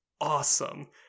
awesome